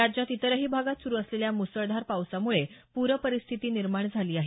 राज्यात इतरही भागात सुरू असलेल्या पावसामुळे पूर परिस्थिती निर्माण झाली आहे